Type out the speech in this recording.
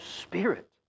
spirit